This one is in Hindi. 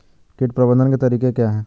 कीट प्रबंधन के तरीके क्या हैं?